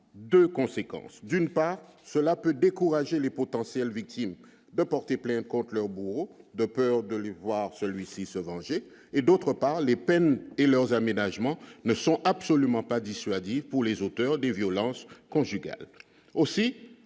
2 conséquences : d'une part cela peut décourager les potentielles victimes de porter plainte contre leurs bourreaux de peur de lui voir celui-ci se venger et, d'autre part, les peines et leurs aménagements ne sont absolument pas dissuasif pour les auteurs des violences conjugales